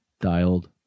dialed